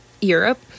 europe